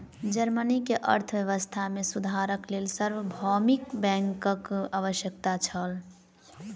Germany के अर्थव्यवस्था मे सुधारक लेल सार्वभौमिक बैंकक आवश्यकता छल